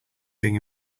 being